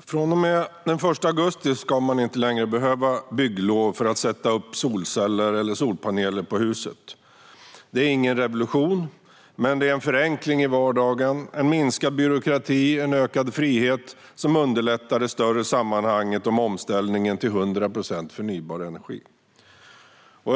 Från och med den 1 augusti ska man inte längre behöva bygglov för att sätta upp solceller eller solpaneler på huset. Det är ingen revolution, men det är en förenkling i vardagen, en minskad byråkrati och en ökad frihet som underlättar det större sammanhanget: omställningen till 100 procent förnybar energi.